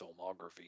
filmography